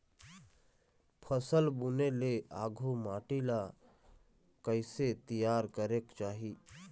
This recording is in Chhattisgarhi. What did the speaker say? फसल बुने ले आघु माटी ला कइसे तियार करेक चाही?